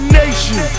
nation